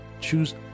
Choose